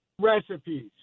recipes